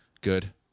Good